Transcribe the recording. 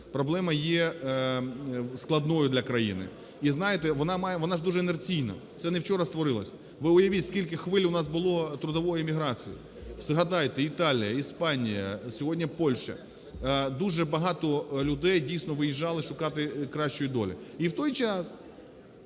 Проблема є складною для країни. І знаєте, вона має... вона ж дуже інерційна. Це не вчора створилося. Ви уявіть, скільки хвиль у нас було трудової міграції. Згадайте: Італія, Іспанія, сьогодні – Польща. Дуже багато людей дійсно виїжджали шукати кращої долі. І в той час